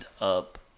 up